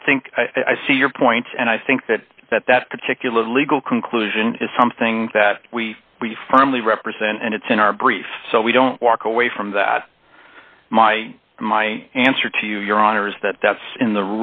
i think i see your point and i think that that that particular legal conclusion is something that we we firmly represent and it's in our brief so we don't walk away from that my my answer to you your honor is that that's been the